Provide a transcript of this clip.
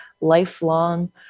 lifelong